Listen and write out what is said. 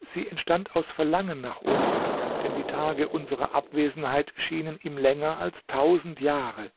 sie entstand aus verlangen nach uns denn die tage unserer abwesenheit schienen ihm länger als tausend jahre